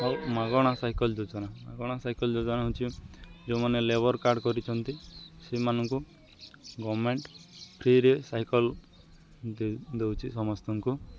ଆଉ ମାଗଣା ସାଇକେଲ ଯୋଜନା ମାଗଣା ସାଇକେଲ ଯୋଜନା ହେଉଛି ଯେଉଁମାନେ ଲେବର୍ କାର୍ଡ଼ କରିଛନ୍ତି ସେମାନଙ୍କୁ ଗଭର୍ଣ୍ଣମେଣ୍ଟ୍ ଫ୍ରିରେ ସାଇକେଲ ଦେଇ ଦଉଛି ସମସ୍ତଙ୍କୁ